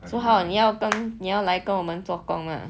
so how 你要跟你要来跟我们做工吗